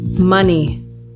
money